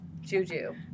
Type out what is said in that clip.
Juju